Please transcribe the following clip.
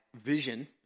vision